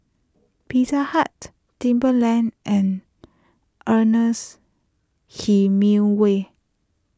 Pizza Hut Timberland and Ernest Hemingway